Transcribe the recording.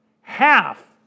Half